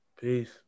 Peace